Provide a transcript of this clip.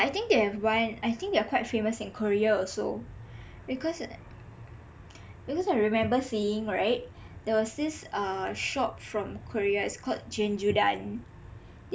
I think they have one I think they are quite famous in korea also because because I remember seeing right there was this uh shop from korea it's called